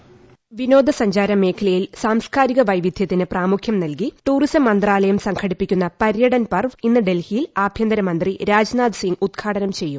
voice വിനോദസഞ്ചാരമേഖലയിൽ സാംസ്കാരിക വൈവിധ്യത്തിനു പ്രാമുഖ്യം നൽകി ടൂറിസം മന്ത്രാലയം സംഘടിപ്പിക്കുന്ന പര്യടൻ പർവ് ഇന്ന് ഡൽഹിയിൽ ആഭ്യന്തരമന്ത്രി രാജ്നാഥ് സിംഗ് ഉദ്ഘാടനം ചെയ്യും